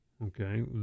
okay